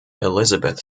elizabeth